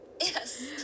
yes